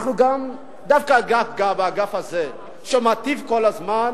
דווקא באגף הזה, שמטיף כל הזמן,